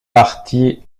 parti